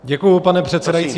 Děkuji, pane předsedající.